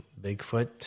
Bigfoot